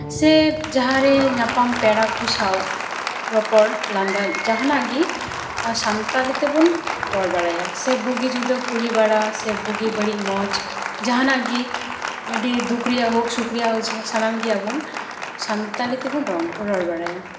ᱥᱮ ᱡᱟᱦᱟᱸᱨᱮ ᱧᱟᱯᱟᱢ ᱯᱮᱟ ᱠᱚ ᱥᱟᱶ ᱨᱚᱯᱚᱲ ᱞᱟᱸᱫᱟ ᱡᱟᱦᱟᱱᱟᱜ ᱜᱮ ᱥᱟᱱᱛᱟᱲᱤ ᱛᱮᱵᱚᱱ ᱨᱚᱲ ᱵᱟᱲᱟᱭᱟ ᱥᱮᱵᱚᱱ ᱵᱩᱜᱤ ᱡᱩᱫᱟᱹ ᱠᱩᱞᱤ ᱵᱟᱲᱟ ᱥᱮ ᱵᱩᱜᱤ ᱵᱟᱹᱲᱤᱡ ᱢᱚᱡᱽ ᱡᱟᱦᱟᱱᱟᱜ ᱜᱮ ᱟᱹᱰᱤ ᱫᱩᱠ ᱨᱮᱭᱟᱜ ᱦᱳᱠ ᱥᱩᱠ ᱨᱮᱭᱟᱜ ᱦᱳᱠ ᱥᱟᱱᱟᱢᱜᱮ ᱟᱵᱚᱱ ᱥᱟᱱᱛᱟᱲᱤ ᱛᱮᱵᱚᱱ ᱨᱚᱲ ᱵᱟᱲᱟᱭᱟ